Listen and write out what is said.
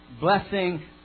blessing